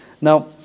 Now